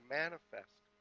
manifest